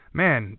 man